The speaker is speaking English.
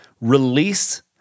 release